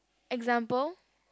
example